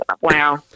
wow